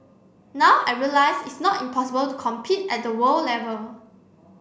now I realise it's not impossible to compete at the world level